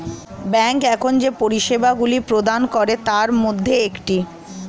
bank এখন যে পরিষেবাগুলি প্রদান করে তার মধ্যে একটি